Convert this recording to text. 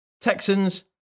Texans